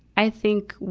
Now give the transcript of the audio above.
i think,